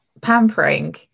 Pampering